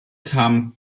kam